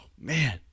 man